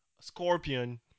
Scorpion